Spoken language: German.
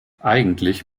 eigentlich